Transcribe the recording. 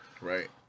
Right